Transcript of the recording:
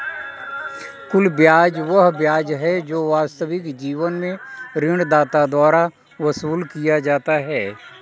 कुल ब्याज वह ब्याज है जो वास्तविक जीवन में ऋणदाता द्वारा वसूल किया जाता है